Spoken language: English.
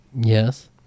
Yes